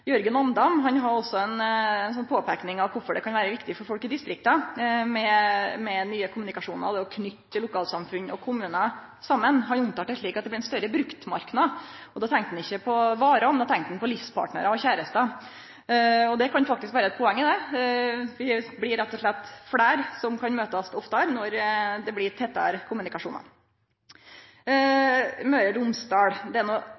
i distrikta med nye kommunikasjonar og det å knyte lokalsamfunn og kommunar saman. Han omtalte det slik at det blir ein større bruktmarknad. Da tenkte han ikkje på varer, han tenkte på livspartnarar og kjærastar. Det kan faktisk vere eit poeng i det. Det blir rett og slett fleire som kan møtast oftare når det blir tettare kommunikasjonar.